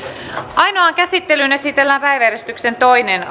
ainoaan käsittelyyn esitellään päiväjärjestyksen toinen